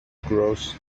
cross